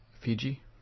Fiji